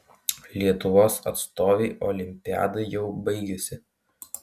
lietuvos atstovei olimpiada jau baigėsi